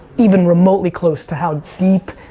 even remotely close to how deep